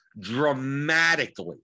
dramatically